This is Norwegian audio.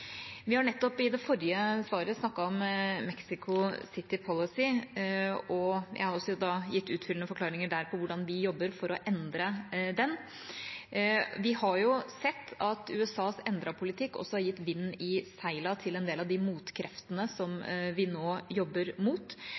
Vi snakket i det forrige svaret om Mexico City Policy, og jeg ga også der en utfyllende forklaring på hvordan vi jobber for å endre den. Vi har sett at USAs endrede politikk har gitt vind i seilene til en del av de motkreftene som vi nå jobber mot.